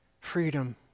freedom